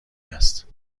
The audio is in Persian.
است